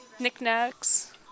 Knickknacks